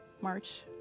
March